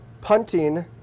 punting